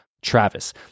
Travis